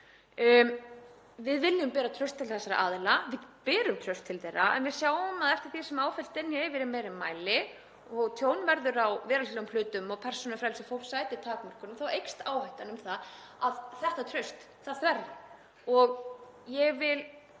Við viljum bera traust til þessara aðila. Við berum traust til þeirra en við sjáum að eftir því sem áföll dynja yfir í meiri mæli og tjón verður á veraldlegum hlutum og persónufrelsi fólks sætir takmörkunum þá eykst áhættan á því að þetta traust hverfi. Ég vil